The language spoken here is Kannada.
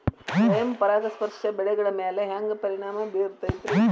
ಸ್ವಯಂ ಪರಾಗಸ್ಪರ್ಶ ಬೆಳೆಗಳ ಮ್ಯಾಲ ಹ್ಯಾಂಗ ಪರಿಣಾಮ ಬಿರ್ತೈತ್ರಿ?